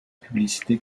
publicité